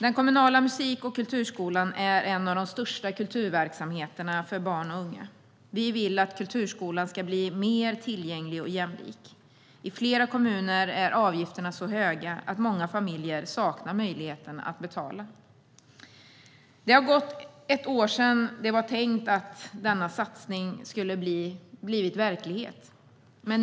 Den kommunala musik och kulturskolan är en av de största kulturverksamheterna för barn och unga. Vi vill att kulturskolan ska bli mer tillgänglig och jämlik. I flera kommuner är avgifterna så höga att många familjer saknar möjligheten att betala. Det har gått ett år sedan det var tänkt att denna satsning skulle blivit verklighet.